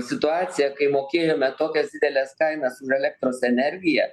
situacija kai mokėjome tokias dideles kainas už elektros energiją